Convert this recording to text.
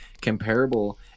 comparable